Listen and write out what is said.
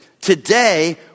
Today